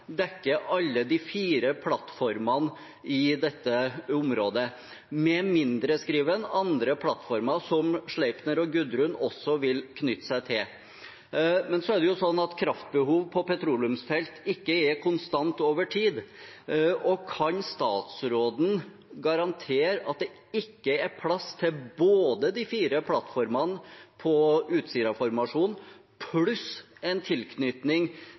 dekker alle de fire plattformene i dette området, med mindre, skriver han, andre plattformer som Sleipner og Gudrun også knytter seg til. Men kraftbehov på petroleumsfelt er ikke konstant over tid. Kan statsråden garantere at det ikke er plass til både de fire plattformene og Utsira-formasjonen pluss en tilknytning